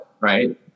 right